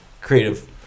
creative